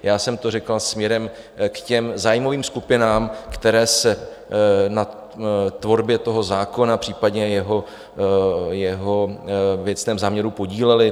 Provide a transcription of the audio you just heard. Já jsem to řekl směrem k těm zájmovým skupinám, které se na tvorbě toho zákona, případně jeho věcném záměru podílely.